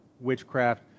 witchcraft